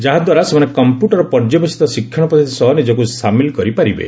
ଯାହାଦ୍ୱାରା ସେମାନେ କମ୍ପ୍ୟୁଟର ପର୍ଯ୍ୟବେଶିତ ଶିକ୍ଷଣ ପଦ୍ଧତି ସହ ନିଜକୁ ସାମିଲ କରିପାରିବେ